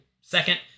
second